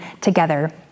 together